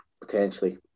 potentially